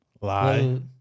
Lie